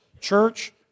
church